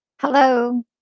Hello